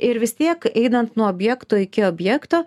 ir vis tiek einant nuo objekto iki objekto